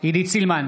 עידית סילמן,